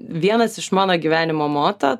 vienas iš mano gyvenimo moto